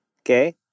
Okay